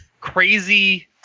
crazy